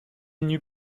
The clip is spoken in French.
n’eût